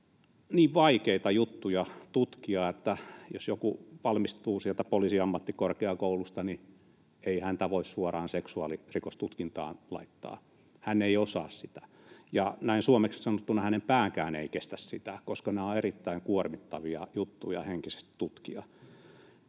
niin vaikeita juttuja tutkia, niin jos joku valmistuu sieltä Poliisiammattikorkeakoulusta, ei häntä voi suoraan seksuaalirikostutkintaan laittaa. Hän ei osaa sitä, ja näin suomeksi sanottuna hänen päänsäkään ei kestä sitä, koska nämä ovat erittäin kuormittavia juttuja henkisesti tutkia.